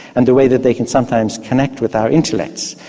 and the way that they can sometimes connect with our intellects,